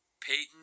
Peyton